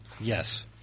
Yes